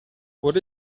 what